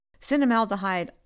Cinnamaldehyde